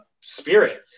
spirit